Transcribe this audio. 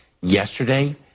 yesterday